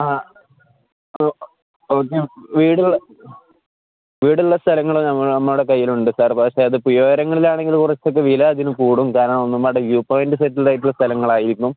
ആ ഓക്കെ വീടുള്ള വീടുള്ള സ്ഥലങ്ങള് നമ്മ നമ്മടെ കയ്യിലുണ്ട് സാർ പക്ഷേ അത് പുയവരങ്ങളിലാണെങ്കില് കൊറച്ചൊക്കെ വില അതിന് കൂടും കാരണം ഒ നമ്മടെ വ്യൂ പോയിൻറ് സെറ്റിൽഡ ആയിട്ടുള്ള സ്ഥലങ്ങളായിരിക്കരുന്നു